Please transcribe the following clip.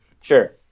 sure